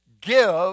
Give